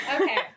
Okay